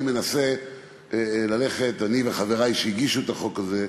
אני מנסה ללכת, אני וחברי שהגישו את החוק הזה,